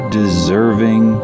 deserving